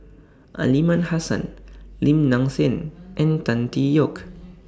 Aliman Hassan Lim Nang Seng and Tan Tee Yoke